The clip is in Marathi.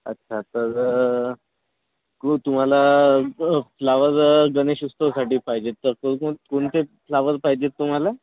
अच्छा तर तू तुम्हाला फ्लावर गणेश उत्सवासाठी पाहिजेत तर कोण कोण कोणते फ्लावर पाहिजेत तुम्हाला